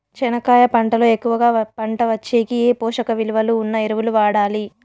చెనక్కాయ పంట లో ఎక్కువగా పంట వచ్చేకి ఏ పోషక విలువలు ఉన్న ఎరువులు వాడాలి?